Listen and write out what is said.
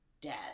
dead